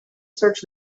search